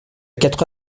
quatre